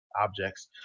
objects